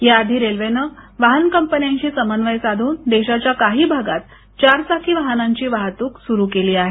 या आधी रेल्वेने वाहन कंपन्याशि समन्वय साधून देशाच्या काही भागात चारचाकी वाहनांची वाहतूक सुरु केली आहे